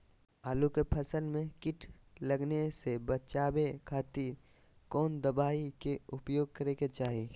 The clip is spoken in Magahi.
आलू के फसल में कीट लगने से बचावे खातिर कौन दवाई के उपयोग करे के चाही?